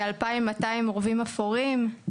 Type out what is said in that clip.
כ-2,200 עורבים אפורים,